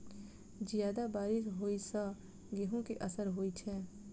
जियादा बारिश होइ सऽ गेंहूँ केँ असर होइ छै?